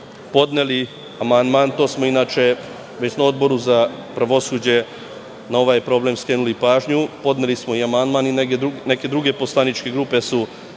podneli amandman. Inače, već smo na Odboru za pravosuđe na ovaj problem skrenuli pažnju, podneli smo i amandman i neke druge poslaničke grupe su